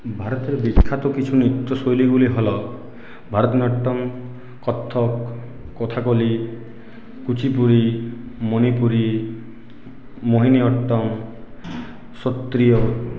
ভারতের বিখ্যাত কিছু নৃত্যশৈলীগুলি হল ভরতনাট্যম কত্থক কথাকলি কুচিপুরী মনিপুরী মোহিনীআট্যম সত্রিয়